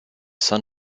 son